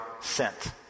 sent